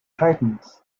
titans